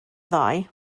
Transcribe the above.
ddoe